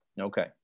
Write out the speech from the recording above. Okay